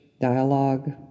dialogue